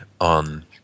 on